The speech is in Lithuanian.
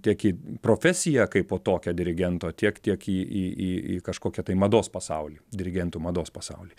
tiek į profesiją kaipo tokią dirigento tiek tiek į į į į kažkokį tai mados pasaulį dirigentų mados pasaulį